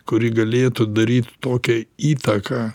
kuri galėtų daryt tokią įtaką